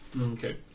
Okay